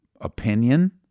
opinion